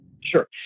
Sure